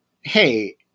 hey